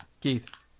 Keith